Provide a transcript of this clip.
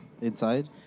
inside